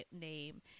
name